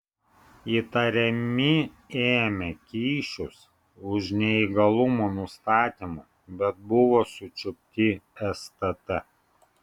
įtariami ėmę kyšius už neįgalumo nustatymą bet buvo sučiupti stt